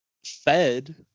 Fed